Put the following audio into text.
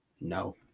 no